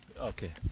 okay